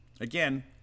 again